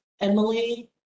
Emily